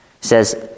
says